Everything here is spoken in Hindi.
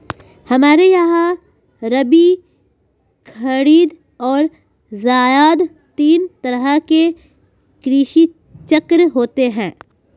हमारे यहां रबी, खरीद और जायद तीन तरह के कृषि चक्र होते हैं